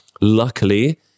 Luckily